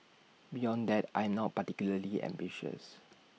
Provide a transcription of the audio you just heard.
beyond that I am not particularly ambitious